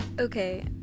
Okay